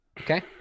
okay